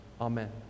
Amen